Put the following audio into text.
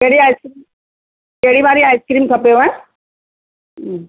कहिड़ी आइसक्रीम कहिड़ी वारी आइसक्रीम खपेव